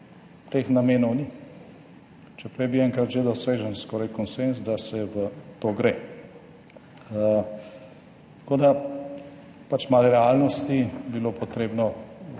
teh namenov ni, čeprav je bil enkrat že dosežen skoraj konsenz, da se v to gre. Tako da pač malo realnosti bi bilo potrebno